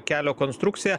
kelio konstrukcija